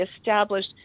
established